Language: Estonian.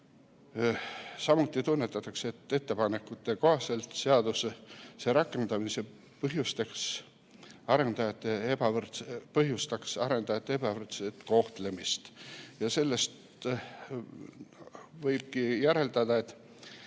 Samuti tunnetatakse, et ettepanekute kohaselt seaduse rakendamine põhjustaks arendajate ebavõrdset kohtlemist. Sellest võibki järeldada, et